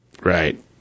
Right